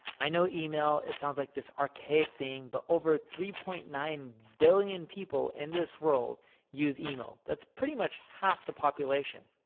i know email it sounds like this archaic thing. but over three point nine billion people in this world use email. that's pretty much half the population.